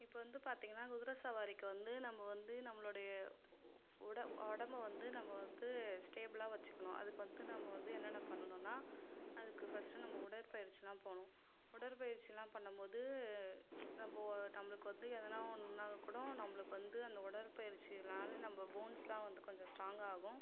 இப்போ வந்து பார்த்தீங்கன்னா குதிரை சவாரிக்கு வந்து நம்ம வந்து நம்மளுடைய உட உடம்பை வந்து நம்ம வந்து ஸ்டேபிலாக வச்சுக்கணும் அதுக்கு வந்து நம்ம வந்து என்னான்னால் பண்ணனுன்னால் அதுக்கு ஃபர்ஸ்ட் நம்ம உடற்பயிற்சிலாம் போகணும் உடற்பயிற்சிலாம் பண்ணும்போது நம்ப நம்மளுக்கு வந்து எதுனா ஒன்றுனா கூட நம்பளுக்கு வந்து அந்த உடற்பயிற்சினாலே நம்ப போன்ஸ்லாம் வந்து கொஞ்சம் ஸ்ட்ராங் ஆகும்